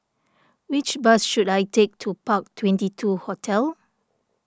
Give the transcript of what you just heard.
which bus should I take to Park Twenty two Hotel